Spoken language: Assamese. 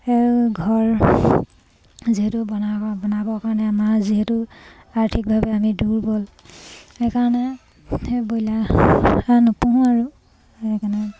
ঘৰ যিহেতু বনা বনাবৰ কাৰণে আমাৰ যিহেতু আৰ্থিকভাৱে আমি দুৰ্বল সেইকাৰণে সেই ব্ৰইলাৰ নুপুহোঁ আৰু সেইকাৰণে